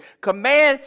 command